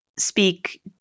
speak